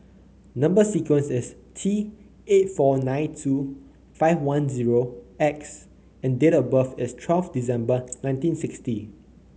number sequence is T eight four nine two five one zero X and date of birth is twelfth December nineteen sixty